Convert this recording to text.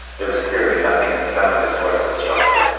there was clearly nothing in the sound of his voice that struck her.